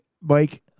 Mike